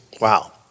Wow